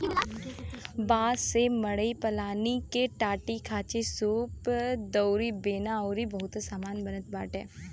बांस से मड़ई पलानी के टाटीखांचीसूप दउरी बेना अउरी बहुते सामान बनत बाटे